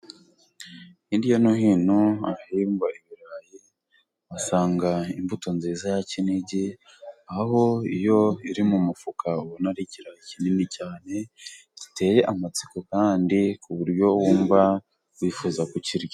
Hirya no hino ahahingwa ibirayi, uhasanga imbuto nziza ya kinigi, aho iyo iri mu mufuka ubona ari ikirayi kinini cyane giteye amatsiko, kandi ku buryo wumva wifuza kukirya.